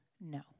no